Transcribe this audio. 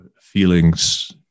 feelings